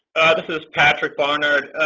this is patrick barnard.